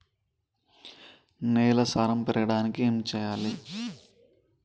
నేల సారం పెరగడానికి ఏం చేయాలి?